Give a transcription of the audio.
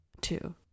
Two